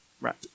Right